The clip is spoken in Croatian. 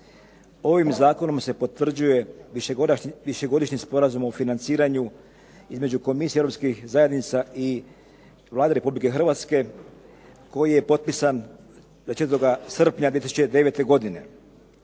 Ovim zakonom se potvrđuje višegodišnji sporazum o financiranju između komisije europskih zajednica i Vlade Republike Hrvatske koji je potpisan 24. srpnja 2009. godine.